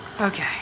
Okay